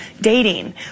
dating